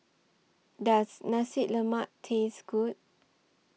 Does Nasi Lemak Taste Good